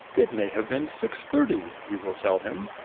it may have been six-thirty you will tell him.